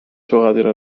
تغادر